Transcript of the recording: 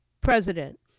president